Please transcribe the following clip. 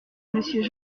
monsieur